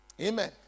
Amen